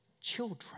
children